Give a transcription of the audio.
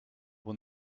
when